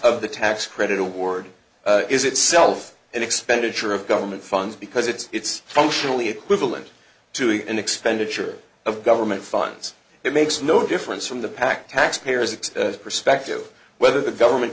of the tax credit award is itself an expenditure of government funds because it's functionally equivalent to an expenditure of government funds it makes no difference from the pack tax payers it perspective whether the government